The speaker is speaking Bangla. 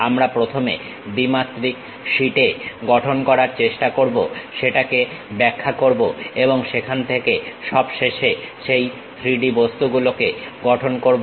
আমরা প্রথমে দ্বিমাত্রিক শীটে গঠন করার চেষ্টা করবো সেটাকে ব্যাখ্যা করবো এবং সেখান থেকে সব শেষে সেই 3D বস্তুগুলোকে গঠন করবো